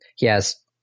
Yes